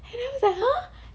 then I was like !huh!